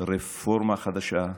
רפורמה חדשה,